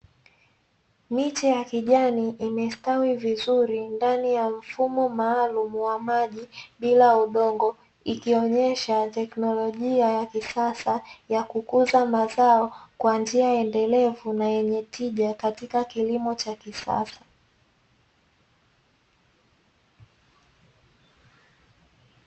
Miche ya kijani imestawi vizuri ndani ya mfumo maalumu wa maji bila udongo, ikionyesha teknolojia ya kisasa ya kukuza mazao kwa njia endelevu na yenye tija katika kilimo cha kisasa.